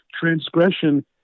transgression